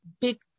big